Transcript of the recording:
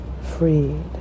freed